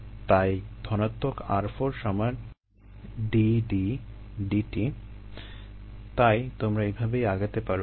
তাই ধনাত্মক r4 সমান d D dt তাই তোমরা এভাবেই আগাতে পারো এটা নিয়ে